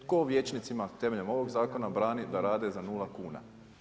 Tko vijećnicima temeljem ovog zakon brani da rade za 0 kuna?